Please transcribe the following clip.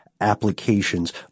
applications